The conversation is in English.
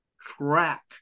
track